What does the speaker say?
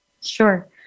Sure